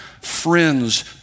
friends